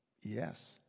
Yes